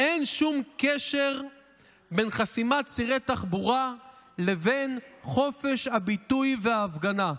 "אין שום קשר בין חסימת צירי תחבורה לבין חופש הביטוי וההפגנה".